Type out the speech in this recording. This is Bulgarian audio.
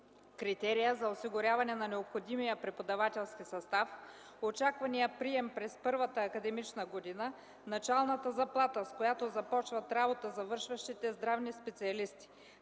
критерия за осигуряване на необходимия преподавателски състав; очакваният прием през първата академична година; началната заплата, с която започват работа завършващите здравни специалисти.